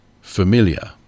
familiar